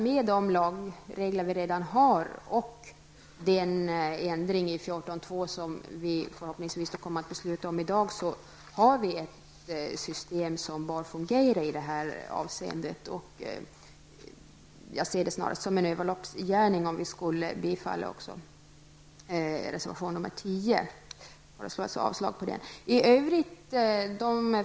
Med de lagregler vi redan har och den ändring i 14 kap. 2 § som vi förhoppningsvis kommer att besluta om i dag, tycker jag att vi har ett system som bör fungera i det här avseendet. Jag ser det snarast som en överloppsgärning om vi skulle bifalla reservation nr 10. Jag yrkar avslag på denna reservation.